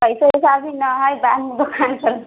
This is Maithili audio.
पैसो साफ ही नऽ हय दान दुकान